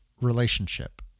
relationship